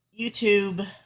YouTube